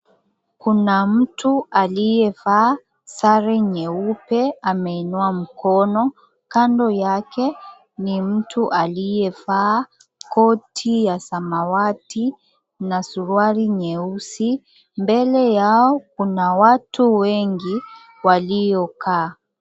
Kuna mtu aliyevaa sare nyeupe. Ameinua mkono. Kando yake ni mtu aliyevaa koti ya samawati na suruali nyeusi. Mbele yao kuna watu wengi waliokaa.